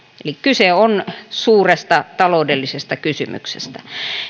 eli kyse on suuresta taloudellisesta kysymyksestä